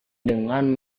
dengan